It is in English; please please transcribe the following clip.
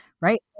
right